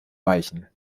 weichen